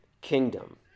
kingdom